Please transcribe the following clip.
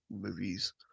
movies